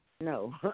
no